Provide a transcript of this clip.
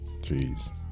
jeez